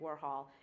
Warhol